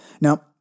Now